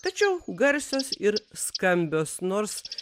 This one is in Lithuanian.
tačiau garsios ir skambios nors